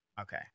okay